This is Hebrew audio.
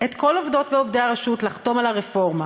את כל עובדות ועובדי הרשות לחתום על הרפורמה.